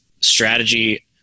strategy